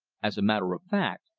as a matter of fact,